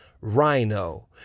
rhino